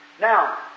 Now